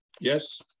Yes